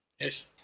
Yes